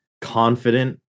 confident